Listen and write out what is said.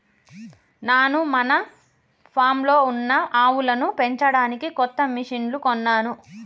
నాను మన ఫామ్లో ఉన్న ఆవులను పెంచడానికి కొత్త మిషిన్లు కొన్నాను